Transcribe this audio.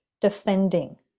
defending